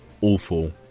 awful